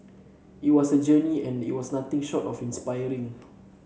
it was a journey and it was nothing short of inspiring